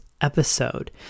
episode